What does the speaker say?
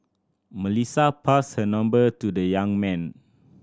Melissa passed her number to the young man